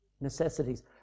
necessities